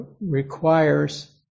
requires